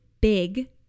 big